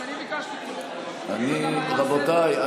רבותיי,